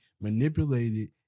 manipulated